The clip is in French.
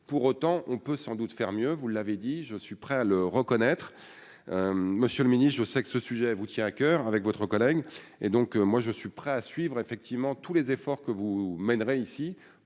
pour autant, on peut sans doute faire mieux, vous l'avez dit, je suis prêt à le reconnaître, monsieur le Ministre, je sais que ce sujet vous tient à coeur avec votre collègue et donc moi je suis prêt à suivre effectivement tous les efforts que vous mènerez ici